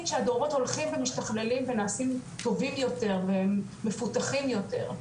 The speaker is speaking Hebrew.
שהדורות הולכים ומשתכללים ונעשים טובים יותר ומפותחים יותר,